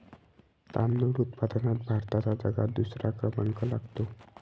तांदूळ उत्पादनात भारताचा जगात दुसरा क्रमांक लागतो